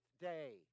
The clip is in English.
day